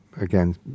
again